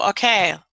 Okay